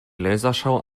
lasershow